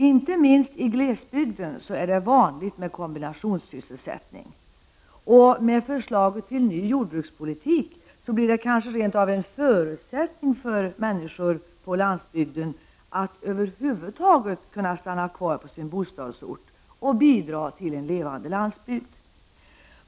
Inte minst i glesbygden är det vanligt med kombinationssysselsättning, och med tanke på förslaget till ny jordbrukspolitik blir det kanske rent av en förutsättning för att människor över huvud taget skall kunna stanna kvar på sin bostadsort och bidra till en levande landsbygd.